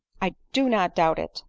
i do not doubt it,